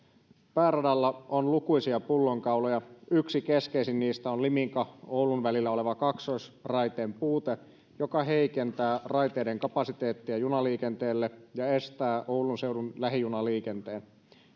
pääradalla on lukuisia pullonkauloja yksi keskeisin niistä on liminka oulu välillä oleva kaksoisraiteen puute joka heikentää raiteiden kapasiteettia junaliikenteelle ja estää oulun seudun lähijunaliikenteen